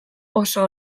oso